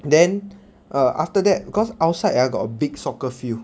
then err after that cause outside ah got a big soccer field